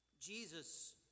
Jesus